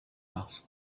asked